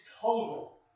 total